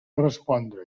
respondre